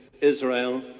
Israel